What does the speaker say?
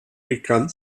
begann